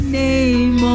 name